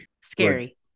scary